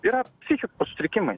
yra psichikos sutrikimai